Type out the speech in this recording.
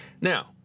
Now